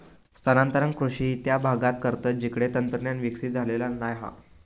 स्थानांतरण कृषि त्या भागांत करतत जिकडे तंत्रज्ञान विकसित झालेला नाय हा